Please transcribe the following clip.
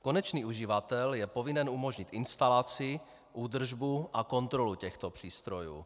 Konečný uživatel je povinen umožnit instalaci, údržbu a kontrolu těchto přístrojů.